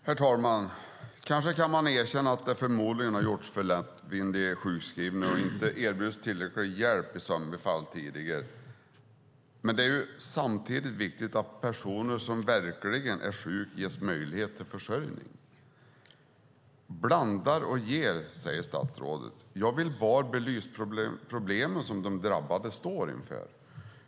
Herr talman! Kanske kan man erkänna att det förmodligen har gjorts för lättvindiga sjukskrivningar och inte erbjudits tillräcklig hjälp i somliga fall tidigare. Det är samtidigt viktigt att personer som verkligen är sjuka ges möjlighet till försörjning. Blandar och ger, säger statsrådet. Jag vill bara belysa problem som de drabbade står inför.